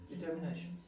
Determination